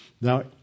Now